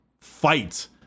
fight